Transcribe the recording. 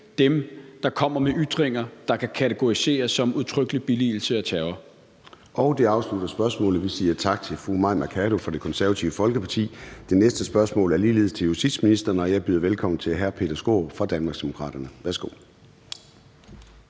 dem, der kommer med ytringer, der kan kategoriseres som udtrykkelig billigelse af terror. Kl. 13:07 Formanden (Søren Gade): Det afslutter spørgsmålet, og vi siger tak til fru Mai Mercado fra Det Konservative Folkeparti. Det næste spørgsmål er ligeledes til justitsministeren, og jeg byder velkommen til hr. Peter Skaarup fra Danmarksdemokraterne. Kl.